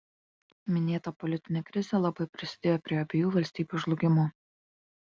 minėta politinė krizė labai prisidėjo prie abiejų valstybių žlugimo